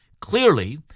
clearly